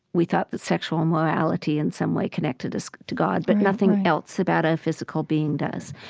we thought that sexual morality in some way connected us to god, but nothing else about our physical being does.